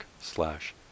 slash